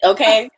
Okay